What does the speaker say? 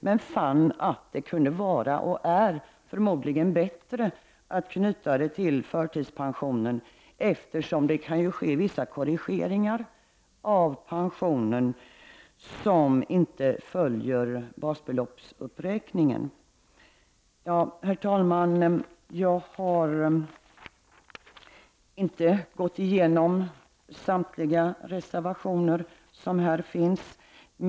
Men man har funnit att det förmodligen är bättre att knyta det till förtidspensionen. Vissa korrigeringar av pensionen kan ju ske som inte följer basbeloppsuppräkningen. Herr talman! Jag har inte gått igenom samtliga reservationer i betänkandet.